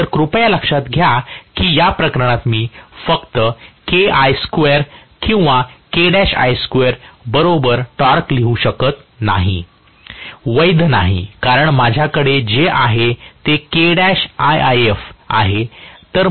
तर कृपया लक्षात घ्या की या प्रकरणात मी फक्त KI2 किंवा K'I2 बरोबर टॉर्क लिहू शकत नाही वैध नाही कारण माझ्याकडे जे काही K'IIf आहे